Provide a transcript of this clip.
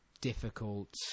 difficult